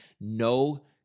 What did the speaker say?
No